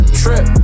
trip